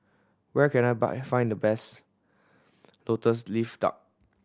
where can I buy find the best Lotus Leaf Duck